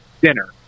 dinner